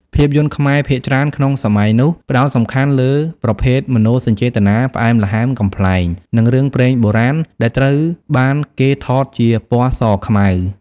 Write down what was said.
ភាពយន្តខ្មែរភាគច្រើនក្នុងសម័យនោះ ផ្ដោតសំខាន់លើប្រភេទមនោសញ្ចេតនា ផ្អែមល្ហែម កំប្លែង និងរឿងព្រេងបុរាណ ដែលត្រូវបានគេថតជាពណ៌សខ្មៅ។